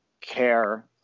care